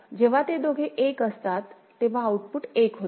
जेव्हा ते दोघे 1 असतात तेव्हा आउटपुट 1 होते